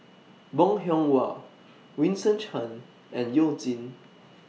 Bong Hiong Hwa Vincent Cheng and YOU Jin